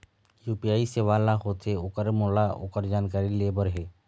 UPI सेवा का होथे ओकर मोला ओकर जानकारी ले बर हे?